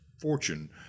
fortune